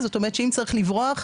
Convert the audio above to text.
זאת אומרת, שאם צריך לברוח,